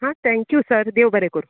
हां thank you sir देव बरें करूं